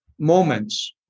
Moments